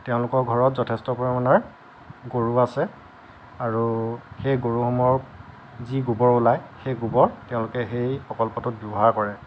তেওঁলোকৰ ঘৰত যথেষ্ট পৰিমাণে গৰু আছে আৰু সেই গৰুসমূহৰ যি গোবৰ ওলাই সেই গোবৰ তেওঁলোকে সেই প্ৰকল্পটোত ব্যৱহাৰ কৰে